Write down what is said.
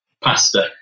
Pasta